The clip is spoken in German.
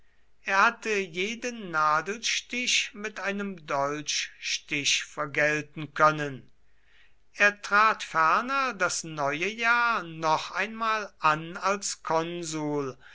er hatte jeden nadelstich mit einem dolchstich vergelten können er trat ferner das neue jahr noch einmal an als konsul